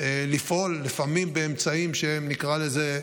לפעול לפעמים באמצעים שהם, נקרא לזה,